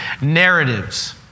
narratives